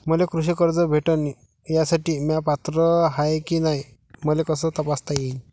मले कृषी कर्ज भेटन यासाठी म्या पात्र हाय की नाय मले कस तपासता येईन?